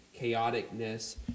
chaoticness